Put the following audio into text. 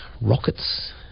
Rockets